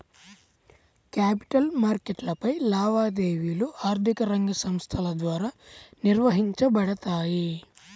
capital మార్కెట్లపై లావాదేవీలు ఆర్థిక రంగ సంస్థల ద్వారా నిర్వహించబడతాయి